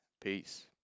Peace